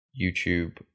YouTube